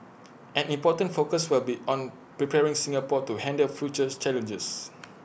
an important focus will be on preparing Singapore to handle future's challenges